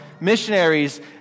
missionaries